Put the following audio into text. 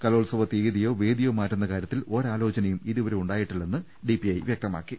കലോ ത്സവ തീയതിയോ വേദിയോ മാറ്റുന്ന കാരൃത്തിൽ ഒരാലോചനയും ഇതുവരെ ഉണ്ടായിട്ടില്ലെന്ന് ഡിപിഐ വ്യക്തമാക്കി